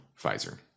Pfizer